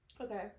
Okay